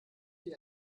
die